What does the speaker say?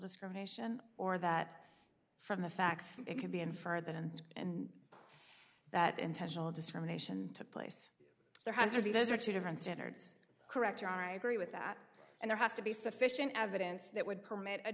discrimination or that from the facts it can be inferred that ends and that intentional discrimination took place there has to be those are two different standards correct i agree with that and there has to be sufficient evidence that would permit a